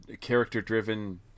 character-driven